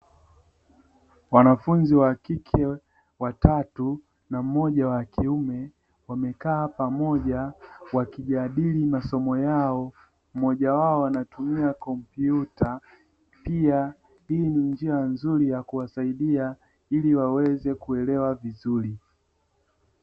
Wanafunzi wa kike watatu na mmoja wa kiume, wamekaa pamoja wakijadili masomo yao, mmoja wao anatumia kompyuta. Pia hii ni njia nzuri ya kuwasadia ili waweze kuelewa vizuri.